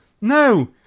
no